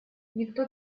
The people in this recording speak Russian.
никто